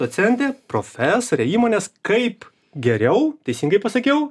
docentė profesorė įmonės kaip geriau teisingai pasakiau